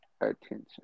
attention